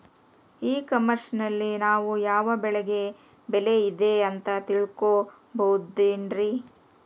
E commerce ನಲ್ಲಿ ನಾವು ಯಾವ ಬೆಳೆಗೆ ಬೆಲೆ ಇದೆ ಅಂತ ತಿಳ್ಕೋ ಬಹುದೇನ್ರಿ?